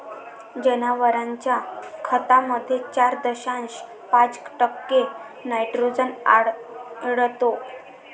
जनावरांच्या खतामध्ये चार दशांश पाच टक्के नायट्रोजन आढळतो